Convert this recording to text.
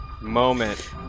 Moment